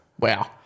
Wow